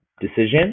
decision